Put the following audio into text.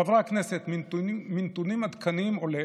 חברי הכנסת, מנתונים עדכניים עולה